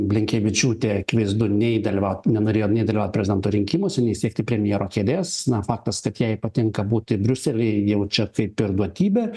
blinkevičiūtė akivaizdu nei dalyvaut nenorėjo nei dalyvaut prezidento rinkimuose nei siekti premjero kėdės na faktas kad jai patinka būti briusely jau čia kaip ir duotybė